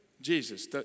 Jesus